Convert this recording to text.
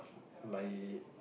lie